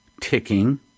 ticking